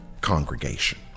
congregation